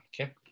Okay